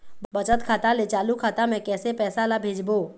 बचत खाता ले चालू खाता मे कैसे पैसा ला भेजबो?